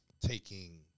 taking